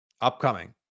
upcoming